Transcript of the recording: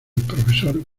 profesor